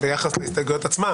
ההסתייגויות עצמן